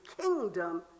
kingdom